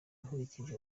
nkurikije